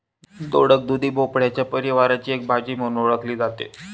दोडक, दुधी भोपळ्याच्या परिवाराची एक भाजी म्हणून ओळखली जाते